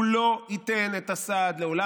הוא לא ייתן את הסעד לעולם.